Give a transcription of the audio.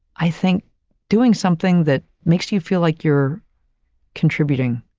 i think doing something that makes you feel like you're contributing,